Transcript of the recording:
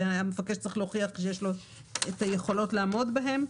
והמבקש צריך להוכיח שיש לו היכולות לעמוד בהן.